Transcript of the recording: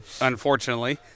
unfortunately